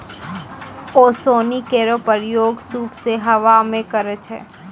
ओसौनी केरो प्रक्रिया सूप सें हवा मे करै छै